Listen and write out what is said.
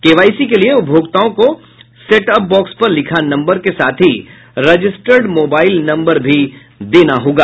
KYC के लिये उपभोक्ताओं को सेटअप बॉक्स पर लिखा नम्बर के साथ ही रजिस्टर्ड मोबाईल नम्बर भी देना होगा